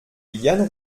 yann